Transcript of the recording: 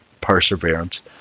perseverance